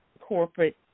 corporate